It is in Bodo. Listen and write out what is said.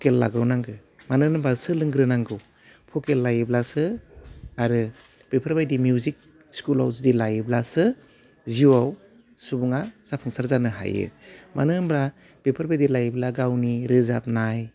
खेल लाग्रोनांगो मानो होनोबा सोलोंग्रोनांगौ भकेल लायोब्लासो आरो बेफोरबायदि मिउजिक स्कुलाव जुदि लायोब्लासो जिउआव सुबुंआ जाफुंसार जानो हायो मानो होनब्ला बिफोरबायदि लायोब्ला गावनि रोजाबनाय